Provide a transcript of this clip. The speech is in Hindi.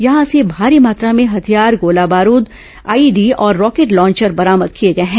यहां से भारी मात्रा में हथियार गोला बारूद आईईडी और रॉकेट लॉन्चर बरामद किए गए हैं